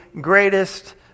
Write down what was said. greatest